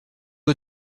aux